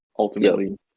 Ultimately